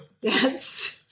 Yes